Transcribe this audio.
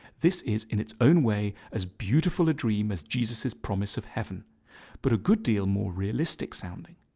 this is, in its own way, as beautiful a dream as jesus's promise of heaven but a good deal more realistic sounding.